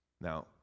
Now